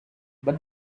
but